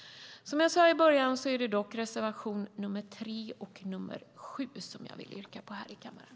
Som jag sade i början är det dock reservationerna nr 3 och nr 7 som jag vill yrka bifall till här i kammaren.